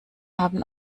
haben